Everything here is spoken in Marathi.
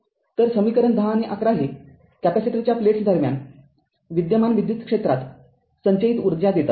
तरसमीकरण १० आणि ११ हे कॅपेसिटरच्या प्लेट्स दरम्यान विद्यमान विद्युत क्षेत्रात संचयित ऊर्जा देतात